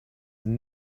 and